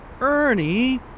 Ernie